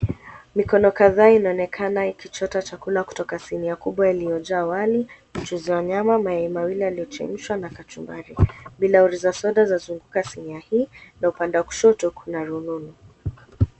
Mikono kadhaa inaonekana ikichota chakula kutoka kwa sinia kubwa iliyojaa wali, mchuzi wa nyama, mayai mawili yaliochemshwa na kachumbari. Bilauri za soda zanazunguka sinia hii na kushoto kuna rununu.